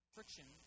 Friction